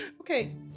Okay